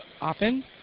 often